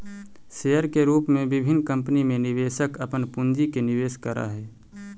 share के रूप में विभिन्न कंपनी में निवेशक अपन पूंजी के निवेश करऽ हइ